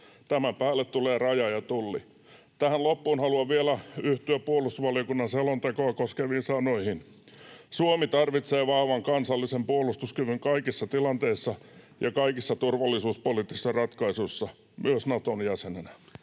Tämän päälle tulevat Raja ja Tulli. Tähän loppuun haluan vielä yhtyä puolustusvaliokunnan selontekoa koskeviin sanoihin: ”Suomi tarvitsee vahvan, kansallisen puolustuskyvyn kaikissa tilanteissa ja kaikissa turvallisuuspoliittisissa ratkaisuissa, myös Naton jäsenenä.”